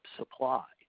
supply